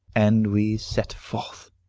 and we set forth,